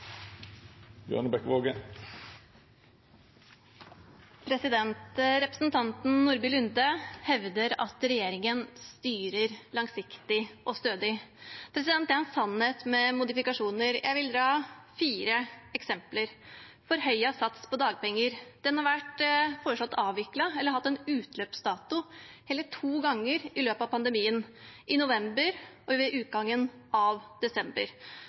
Representanten Nordby Lunde hevder at regjeringen styrer langsiktig og stødig. Det er en sannhet med modifikasjoner. Jeg vil dra fire eksempler: Forhøyet sats på dagpenger: Den har vært foreslått avviklet, eller å ha en utløpsdato, hele to ganger i løpet av pandemien, i november og ved utgangen av desember.